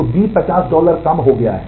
तो बी 50 डॉलर कम हो गया है